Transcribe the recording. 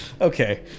Okay